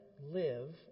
live